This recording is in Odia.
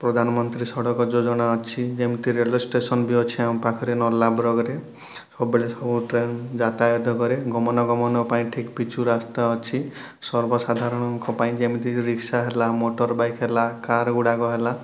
ପ୍ରଧାନମନ୍ତ୍ରୀ ସଡ଼କ ଯୋଜନା ଅଛି ଯେମିତି ରେଲୱେ ଷ୍ଟେସନ ବି ଅଛି ଆମ ପାଖରେ ନର୍ଲା ବ୍ଲକରେ ସବୁବେଳେ ସବୁ ଟ୍ରେନ ଯାତାୟତ କରେ ଗମନା ଗମନ ପାଇଁ ଠିକ୍ ପିଚୁ ରାସ୍ତା ଅଛି ସର୍ବ ସାଧାରଣଙ୍କ ପାଇଁ ଯେମତିକି ରିକ୍ସା ହେଲା ମଟର ବାଇକ ହେଲା କାର ଗୁଡ଼ାକ ହେଲା